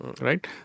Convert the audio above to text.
right